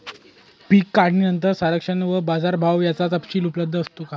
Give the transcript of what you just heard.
पीक काढणीनंतर संरक्षण व बाजारभाव याचा तपशील उपलब्ध असतो का?